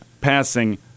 passing